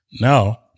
Now